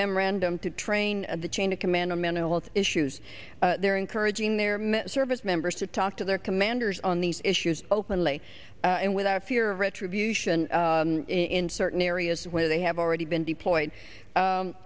memorandum to train the chain of command of mental health issues they're encouraging their mid service members to talk to their commanders on these issues openly and without fear of retribution in certain areas where they have already been deployed